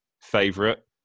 favorite